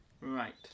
Right